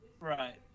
Right